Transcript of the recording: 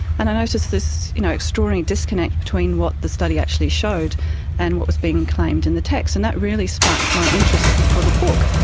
and i noticed this you know extraordinary disconnect between what the study actually showed and what was being claimed in the text. and that really sparked my interest for the book.